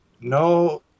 No